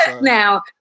Now